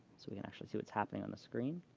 so we can actually see what's happening on the screen.